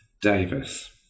Davis